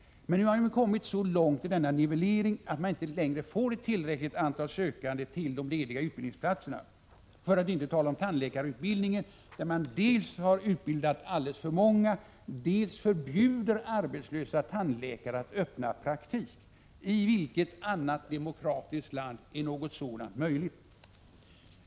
Men nu har man kommit så långt i denna nivellering att man inte längre får ett tillräckligt antal sökande till de lediga utbildningsplatserna. När det gäller tandläkarna har man dels utbildat alldeles för många, dels förbjudit arbetslösa tandläkare att öppna praktik. I vilket annat demokratiskt land är något sådant möjligt?